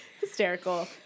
Hysterical